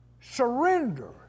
Surrender